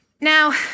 Now